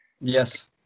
Yes